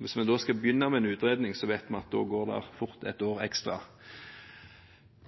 Hvis vi skal begynne med en utredning, vet vi at det fort går ett år ekstra.